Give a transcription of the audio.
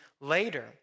later